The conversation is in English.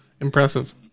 impressive